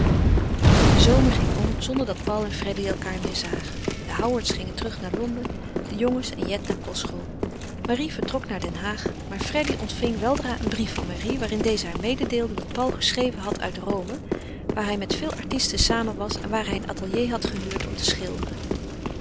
de zomer ging om zonder dat paul en freddy elkaâr meer zagen de howards gingen terug naar londen de jongens en jet naar kostschool marie vertrok naar den haag maar freddy ontving weldra een brief van marie waarin deze haar mededeelde dat paul geschreven had uit rome waar hij met veel artisten samen was en waar hij een atelier had gehuurd om te schilderen